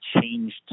changed